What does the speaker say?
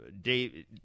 Dave